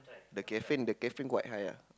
the caffeine the caffeine quite high ah